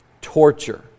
torture